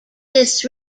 this